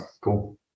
cool